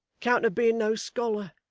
account of being no scholar,